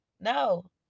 No